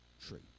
True